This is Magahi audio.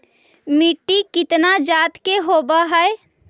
मिट्टी कितना जात के होब हय?